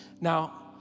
Now